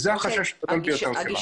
וזה החשש הגדול ביותר שלנו.